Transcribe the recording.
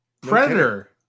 Predator